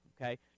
Okay